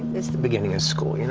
it's the beginning of school, you know